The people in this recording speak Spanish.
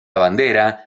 bandera